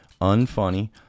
unfunny